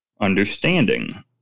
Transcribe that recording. Understanding